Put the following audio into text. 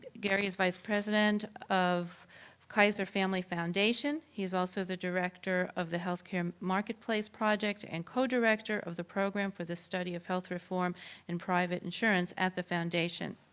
gary is vice president of kaiser family foundation. he is also the director of the healthcare marketplace project and co-director of the program for the study of health reform and private insurance at the foundation.